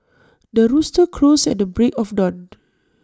the rooster crows at the break of dawn